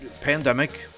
pandemic